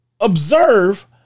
observe